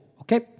Okay